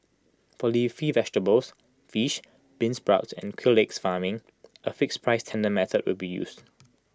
for leafy vegetables fish beansprouts and quail egg farming A fixed price tender method will be used